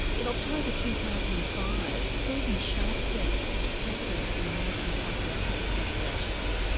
in october two thousand and five, steven sharfstein, as president of the american psychiatric association,